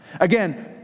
Again